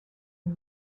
une